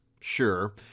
Sure